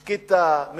שקטה,